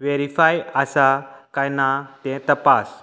verified आसा काय ना तें तपास